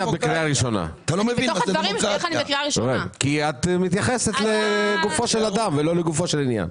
את בקריאה ראשונה כי את מתייחסת לגופו של אדם ולא לגופו של עניין.